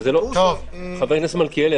חבר הכנסת מלכיאלי,